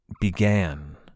began